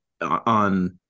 on